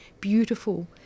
beautiful